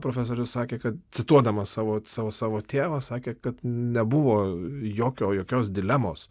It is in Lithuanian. profesorius sakė kad cituodamas savo savo savo tėvą sakė kad nebuvo jokio jokios dilemos